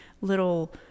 little